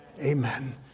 Amen